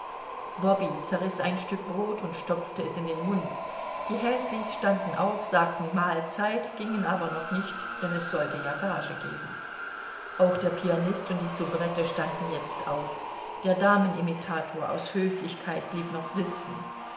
bobby zerriß ein stück brot und stopfte es in den mund die häslis standen auf sagten mahlzeit gingen aber noch nicht denn es sollte ja gage geben auch der pianist und die soubrette standen jetzt auf der damenimitator aus höflichkeit blieb noch sitzen